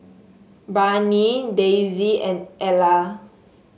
Barnie Dayse and Ela